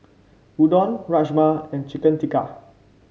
Udon Rajma and Chicken Tikka